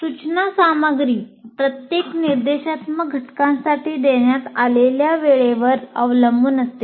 सूचना सामग्री प्रत्येक निर्देशात्मक घटकासाठी देण्यात आलेल्या वेळेवर अवलंबून असते